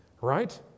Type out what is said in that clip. right